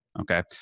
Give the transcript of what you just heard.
Okay